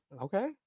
Okay